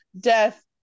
death